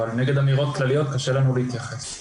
אבל נגד אמירות כלליות קשה לנו להתייחס.